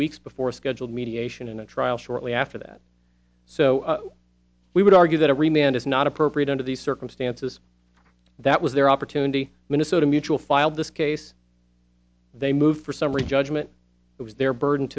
weeks before a scheduled mediation in a trial shortly after that so we would argue that every man is not appropriate under the circumstances that was their opportunity minnesota mutual filed this case they moved for summary judgment it was their burden